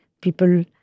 people